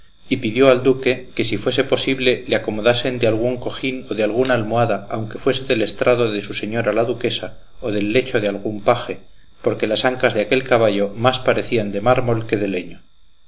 y pidió al duque que si fuese posible le acomodasen de algún cojín o de alguna almohada aunque fuese del estrado de su señora la duquesa o del lecho de algún paje porque las ancas de aquel caballo más parecían de mármol que de leño